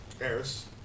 Harris